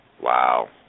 Wow